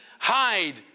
Hide